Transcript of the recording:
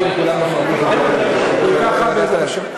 בעזרת השם,